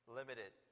limited